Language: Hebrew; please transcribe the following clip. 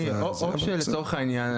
או שלצורך העניין,